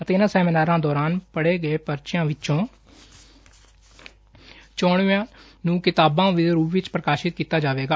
ਅਤੇ ਇਨਾਂ ਸੈਮੀਨਾਰਾਂ ਦੌਰਾਨ ਪੜੇ ਗਏ ਪਰਚਿਆਂ ਵਿਚੋਂ ਚੋਣਵਿਆਂ ਨੰ ਕਿਤਾਬੀ ਰੁਪ ਵਿਚ ਪ੍ਰਕਾਸ਼ਿਤ ਕੀਤਾ ਜਾਵੇਗਾ